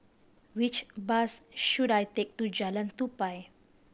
which bus should I take to Jalan Tupai